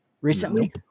recently